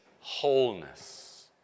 wholeness